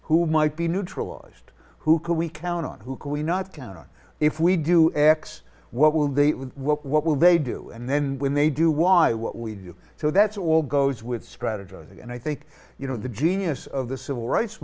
who might be neutralized who can we count on who can we not count on if we do x what will they what will they do and then when they do why what we do so that's all goes with strategizing and i think you know the genius of the civil rights